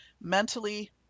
mentally